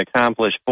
accomplish